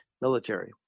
military